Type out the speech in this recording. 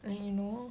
like you know